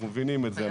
אנחנו מבינים את זה.